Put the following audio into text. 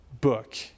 book